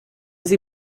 sie